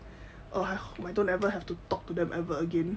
I hope I don't ever have to talk to them ever again